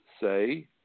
say